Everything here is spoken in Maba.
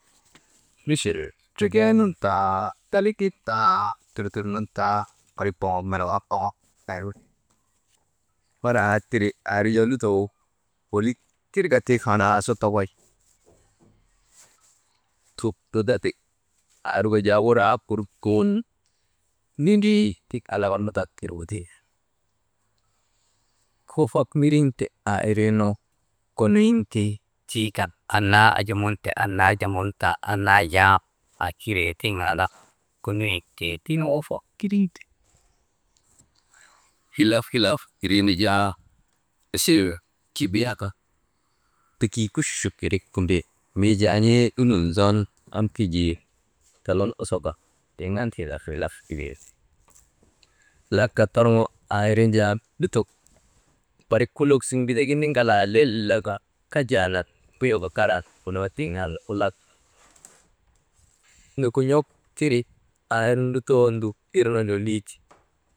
Misil ndrekee nun taa daligin taa durdur nun taa barik boŋok melegu an boŋok aa irgu ti, «hesitation» aa irgu jaa lutogu kulik tirka ti falaa su tokoy, tup nudagu aa irnu wuraa kurut tuŋun nidrii tik an nudagu ti, kufak miriŋte aa iriinu konoyintee tii kan annaa an̰amunte annaa n̰amuntan annaa n̰am aa kiree tiŋ an niye tiŋ wafak kiriŋ te, hilaf, hilaf iriinu jaa misil kibiyaka degii kuchuchuk irik tindi, mii jaan̰ii lulun zon am kijii talun osoka tiŋ an hilaf hilaf irinti laga torŋo aa irin jaa lutok barik ulok suŋun mbitegin ner ŋalaa lel laka kajjaanan mbuyoka karan drufunoo tiŋ an ulak, ndukun̰ok tiri aa irnu lutoo nduk irnu lolii ti.